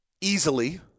easily